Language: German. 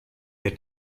der